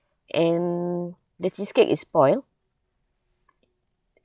and the cheesecake is spoil